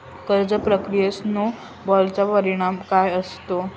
कर्ज प्रक्रियेत स्नो बॉलचा परिणाम काय असतो?